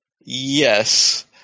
Yes